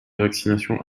vaccinations